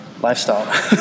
Lifestyle